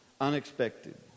unexpected